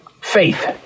faith